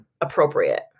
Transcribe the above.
appropriate